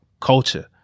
culture